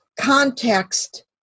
context